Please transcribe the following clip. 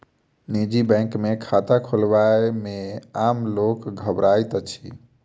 निजी बैंक मे खाता खोलयबा मे आम लोक घबराइत अछि